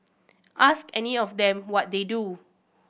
ask any of them what they do